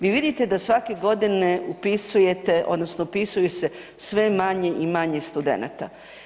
Vi vidite da svake godine upisujete, odnosno upisuju se sve manje i manje studenata.